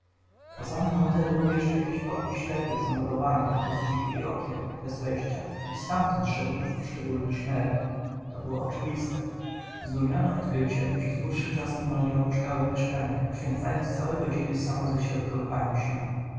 poza mną tedy był jeszcze jakiś pokój ślepy zamurowany bez drzwi i okien bez wejścia i stamtąd szedł ów szczególny szmer to było oczywiste zdumiony odkryciem przez dłuższy czas niemal nie opuszczałem mieszkania poświęcając całe godziny samoześrodkowywaniu się